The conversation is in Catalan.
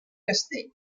castell